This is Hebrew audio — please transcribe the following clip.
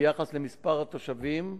ביחס למספר התושבים,